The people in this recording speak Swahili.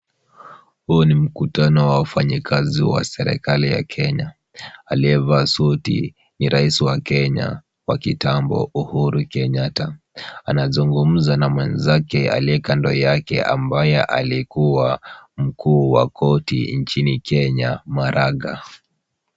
Huu ni mkutano wa wafanyikazi wa serekali ya Kenya. Aliyevaa suti ni rais wa Kenya wa kitambo Uhuru Kenyatta. Anazungumza na mwenzake aliye kando yake ambaye alikua mkuu wa koti nchini Kenya Maraga.